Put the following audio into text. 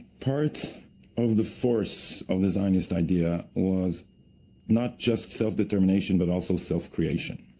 part of the force of the zionist idea was not just self-determination, but also self-creation,